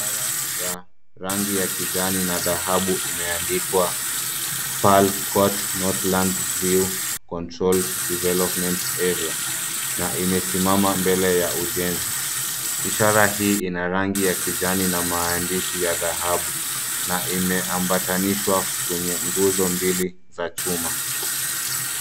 Ishara ya rangi ya kijani na dhahabu imeandikwa Pearl Court Northland View Control Development Area na imesimama mbele ya ujenzi ishara hii ina rangi ya kijani na maandishi ya dhahabu na imeambatanishwa kwenye nguzo mbili za chuma.